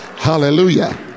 Hallelujah